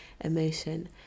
emotion